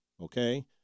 okay